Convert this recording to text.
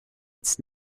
its